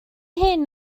hyn